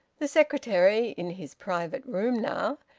the secretary, in his private room now,